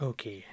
Okay